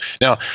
Now